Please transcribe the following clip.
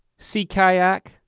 sea kayak.